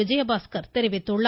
விஜயபாஸ்கர் தெரிவித்துள்ளார்